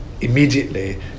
Immediately